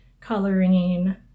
coloring